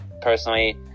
personally